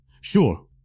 Sure